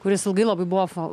kuris ilgai labai buvo fil